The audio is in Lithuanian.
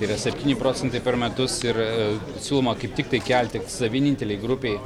yra septyni procentai per metus ir siūloma kaip tiktai kelti vienintelei grupei